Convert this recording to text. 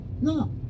No